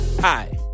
Hi